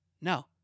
No